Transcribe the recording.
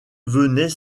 venaient